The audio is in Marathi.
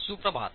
सुप्रभात